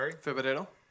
febrero